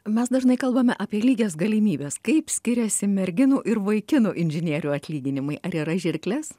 mes dažnai kalbame apie lygias galimybes kaip skiriasi merginų ir vaikinų inžinierių atlyginimai ar yra žirklės